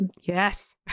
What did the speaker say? Yes